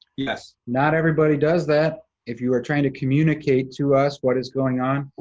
yes. not everybody does that. if you are trying to communicate to us what is going on,